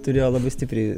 turėjo labai stipriai